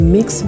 Mix